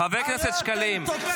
חבר הכנסת שקלים,